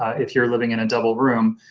if you're living in a double room,